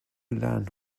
land